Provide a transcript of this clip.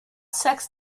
sex